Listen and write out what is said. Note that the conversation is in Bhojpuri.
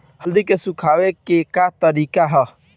हल्दी के सुखावे के का तरीका ह?